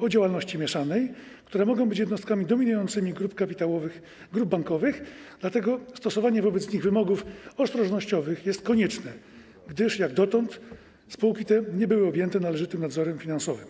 o działalności mieszanej, które mogą być jednostkami dominującymi grup kapitałowych, grup bankowych, dlatego stosowanie wobec nich wymogów ostrożnościowych jest konieczne, gdyż jak dotąd spółki te nie były objęte należytym nadzorem finansowym.